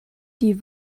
die